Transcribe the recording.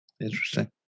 Interesting